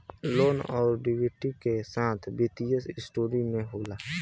loan अउर equity के साथ वित्तीय सिक्योरिटी से होला